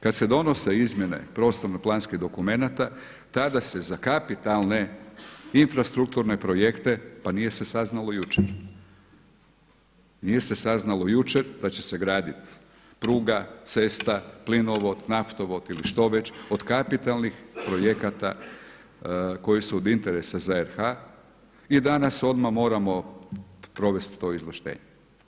Kada se donose izmjene prostorno planskih dokumenata tada se za kapitalne infrastrukturne projekte, pa nije se saznalo jučer, nije se saznalo jučer da će se graditi pruga, cesta, plinovod, naftovod ili što već, od kapitalnih projekata koji su od interesa za RH i danas odmah moramo provesti to izvlaštenje.